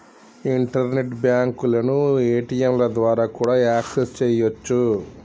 internet బ్యాంకులను ఏ.టీ.యంల ద్వారా కూడా యాక్సెస్ చెయ్యొచ్చు